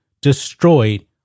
destroyed